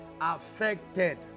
affected